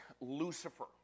Lucifer